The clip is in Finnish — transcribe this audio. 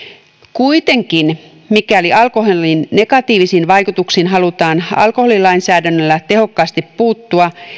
kuitenkin mikäli alkoholin negatiivisiin vaikutuksiin halutaan alkoholilainsäädännöllä tehokkaasti puuttua